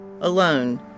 alone